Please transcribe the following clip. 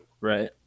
Right